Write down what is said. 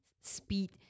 speed